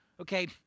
Okay